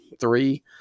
three